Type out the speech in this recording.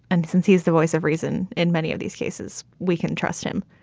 and since he's the voice of reason in many of these cases, we can trust him.